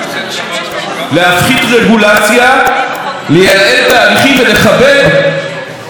לייעל תהליכים ולכבד קביעות שנעשו במקומות אחרים,